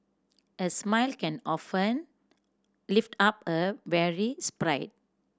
a smile can often lift up a weary spirit